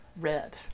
red